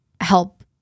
help